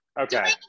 Okay